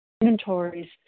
inventories